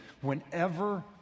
Whenever